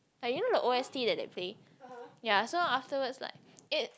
ya you know the o_s_t that they play ya so afterwards like it